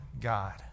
God